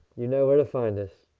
you know where to find us.